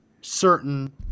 certain